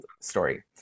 story